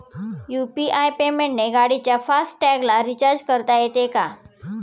UPI पेमेंटने गाडीच्या fast टॅगला रिर्चाज करता येते का?